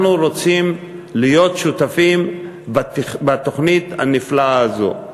אנחנו רוצים להיות שותפים בתוכנית הנפלאה הזאת,